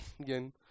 again